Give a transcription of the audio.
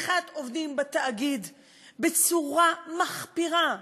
מעיכת עובדים בתאגיד בצורה מחפירה.